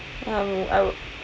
um I were I were